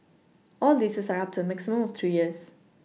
all leases are up to a maximum of three years